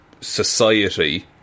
society